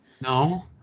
no